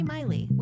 Miley